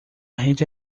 rede